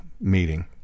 meeting